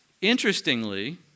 interestingly